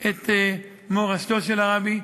את מורשתו של הרבי.